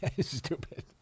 stupid